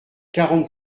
quarante